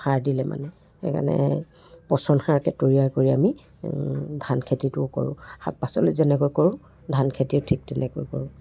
সাৰ দিলে মানে সেইকাৰণে পচন সাৰকে তৈয়াৰ কৰি আমি ধান খেতিটো কৰোঁ শাক পাচলি যেনেকৈ কৰোঁ ধান খেতিও ঠিক তেনেকৈ কৰোঁ